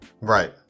right